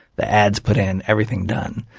the ads put in, everything done,